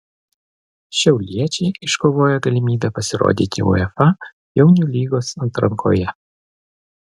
šiauliečiai iškovojo galimybę pasirodyti uefa jaunių lygos atrankoje